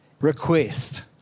request